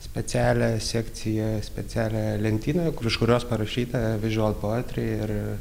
specialią sekciją specialią lentynoje kur iš kurios parašyta vižual poetry ir ir